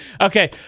Okay